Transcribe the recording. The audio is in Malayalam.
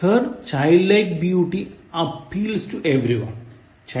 Her childlike beauty appeals to everyone